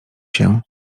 się